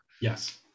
Yes